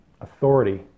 authority